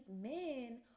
men